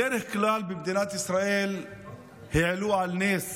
בדרך כלל במדינת ישראל העלו על נס